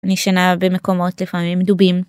אני ישנה במקומות לפעמים דובים.